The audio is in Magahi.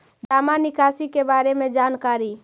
जामा निकासी के बारे में जानकारी?